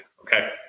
Okay